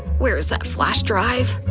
where's that flash drive,